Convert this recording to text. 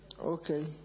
Okay